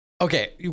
Okay